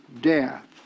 death